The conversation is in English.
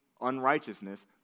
unrighteousness